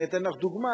אני אתן לך דוגמה.